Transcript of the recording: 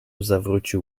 zawrócił